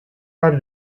are